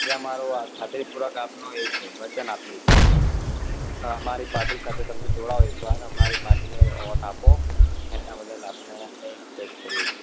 એ અમારો આ ખાતરીપૂર્વક આપનો એ છે વચન આપીએ છીએ અમે આપને અમારી પાર્ટી સાથે તમે જોડાઓ એકવાર અમારી પાર્ટીને વોટ આપો એના બદલ આપને અમે રિકવેસ્ટ કરીએ છીએ